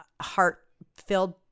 heart-filled